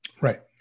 Right